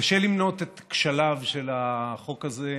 קשה למנות את כשליו של החוק הזה,